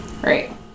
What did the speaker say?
Right